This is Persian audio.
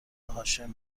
هاشم